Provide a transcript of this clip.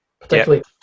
particularly